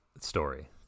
story